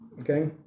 Okay